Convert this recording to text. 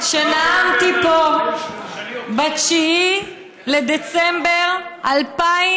שנאמתי פה ב-9 בדצמבר 2013,